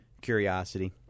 curiosity